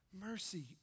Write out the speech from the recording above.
Mercy